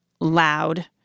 loud